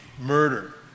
murder